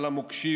על המוקשים",